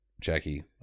Jackie